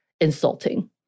insulting